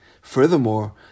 Furthermore